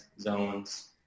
zones